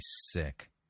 sick